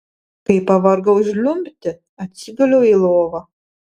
kai pavargau žliumbti atsiguliau į lovą